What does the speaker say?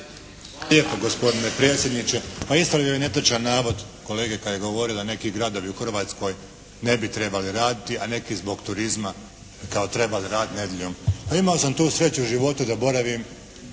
lijepa gospodine predsjedniče. Pa ispravio bih netočan navod kolege kad je govorio da neki gradovi u Hrvatskoj ne bi trebali raditi, a neki zbog turizma kao trebali raditi nedjeljom. Pa imao sam tu sreću u životu da boravim